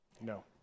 No